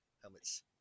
helmets